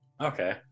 Okay